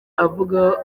avuga